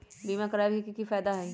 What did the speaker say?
बीमा करबाबे के कि कि फायदा हई?